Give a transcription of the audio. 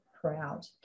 proud